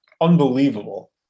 Unbelievable